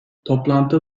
toplantı